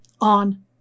on